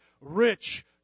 rich